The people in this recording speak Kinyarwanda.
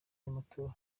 y’amatora